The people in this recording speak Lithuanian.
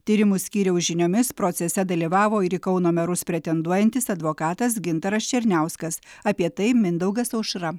tyrimų skyriaus žiniomis procese dalyvavo ir į kauno merus pretenduojantis advokatas gintaras černiauskas apie tai mindaugas aušra